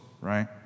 right